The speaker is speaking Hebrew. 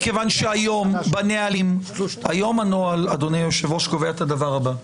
מכיוון שהיום הנוהל קובע את הדבר הבא: